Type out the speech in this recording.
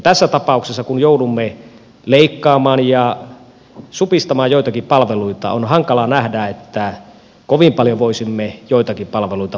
tässä tapauksessa kun joudumme leikkaamaan ja supistamaan joitakin palveluita on hankalaa nähdä että kovin paljon voisimme joitakin palveluita parantaa